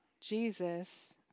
Jesus